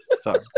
Sorry